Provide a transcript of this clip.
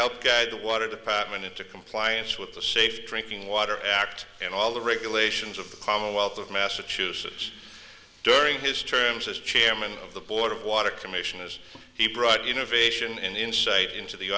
helped guide water the packman into compliance with the safe drinking water act in all the regulations of the commonwealth of massachusetts during his terms as chairman of the board of water commissioners he brought you novation insight into the